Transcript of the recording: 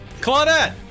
Claudette